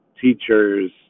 teachers